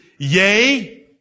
Yea